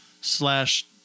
slash